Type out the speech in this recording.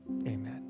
Amen